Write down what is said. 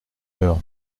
heure